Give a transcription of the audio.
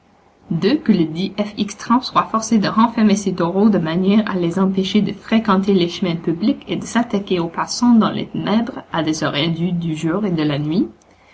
que le dit f x trempe soit forcé de renfermer ses taureaux de manière à les empêcher de fréquenter les chemins publics et de s'attaquer aux passants dans les ténèbres à des heures indues du jour et de la nuit